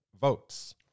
votes